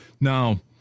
Now